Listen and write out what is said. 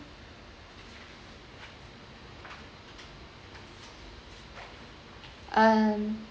um